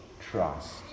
trust